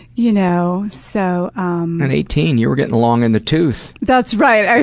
you know so um at eighteen, you were getting along in the tooth. that's right,